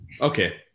Okay